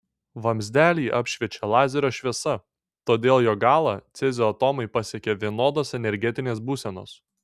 vamzdelį apšviečia lazerio šviesa todėl jo galą cezio atomai pasiekia vienodos energetinės būsenos